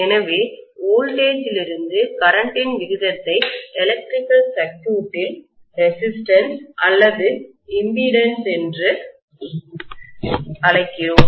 எனவே வோல்டே ஜிலிருந்து கரண்ட்டின் விகிதத்தை எலக்ட்ரிக்கல் சர்க்யூட்டில் மின்சுற்றில் ரெசிஸ்டன்ஸ் எதிர்ப்பு அல்லது இம்பிடிடன்ஸ் மின்மறுப்பு என்று அழைக்கிறோம்